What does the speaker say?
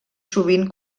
sovint